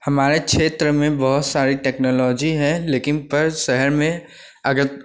हमारे क्षेत्र में बहुत सारी टेक्नोलोजी है लेकिन पर शहर में अगर